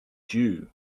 due